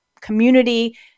community